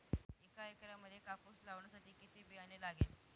एका एकरामध्ये कापूस लावण्यासाठी किती बियाणे लागेल?